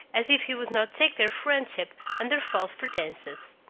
as if he would not take their friendship under false pretences.